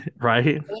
Right